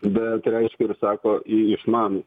bet reiškia ir sako į išmanų